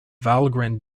valgrind